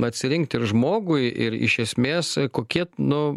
atsirinkt ir žmogui ir iš esmės kokie nu